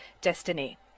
destiny